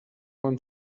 van